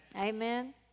Amen